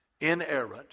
inerrant